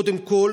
קודם כול